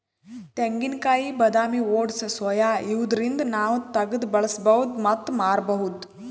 ತೆಂಗಿನಕಾಯಿ ಬಾದಾಮಿ oats soya ಇವ್ದರಿಂದ್ ನಾವ್ ತಗ್ದ್ ಬಳಸ್ಬಹುದ್ ಮತ್ತ್ ಮಾರ್ಬಹುದ್